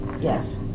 yes